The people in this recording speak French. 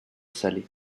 salé